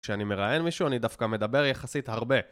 כשאני מראיין מישהו אני דווקא מדבר יחסית הרבה